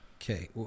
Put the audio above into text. okay